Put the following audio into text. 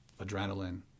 Adrenaline